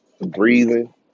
breathing